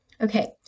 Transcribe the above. Okay